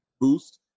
boost